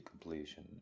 completion